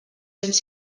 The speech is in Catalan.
cents